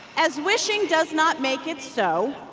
as wishing does not make it so,